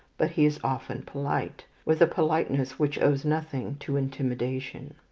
but he is often polite, with a politeness which owes nothing to intimidation.